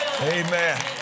Amen